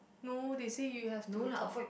no they say you have to talk